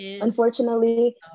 Unfortunately